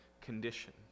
condition